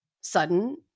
sudden